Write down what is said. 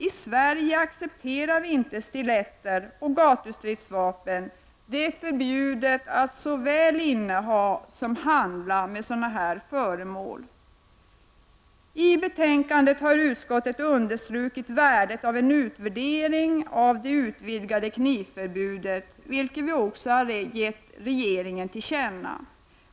I Sverige accepterar vi inte stiletter och gatustridsvapen. Det är förbjudet att såväl inneha som handla med sådana föremål. I betänkandet har utskottet understrukit värdet av en utvärdering av det utvidgade knivförbudet, vilket också ges regeringen tillkänna.